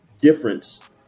difference